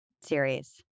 series